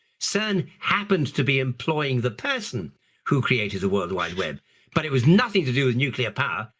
cern happened to be employing the person who created the world wide web, but it was nothing to do with nuclear power,